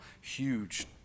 huge